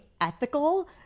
ethical